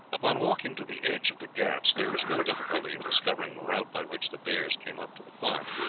upon walking to the edge of the ghauts there was no difficulty in discovering the route by which the bears came up to the farm.